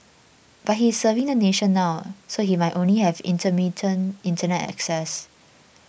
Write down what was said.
but he is serving the nation now so he might only have intermittent Internet access